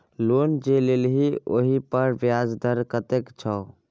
loan जे लेलही ओहिपर ब्याज दर कतेक छौ